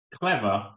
clever